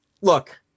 look